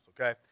okay